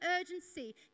urgency